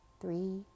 three